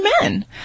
men